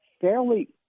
fairly